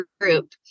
group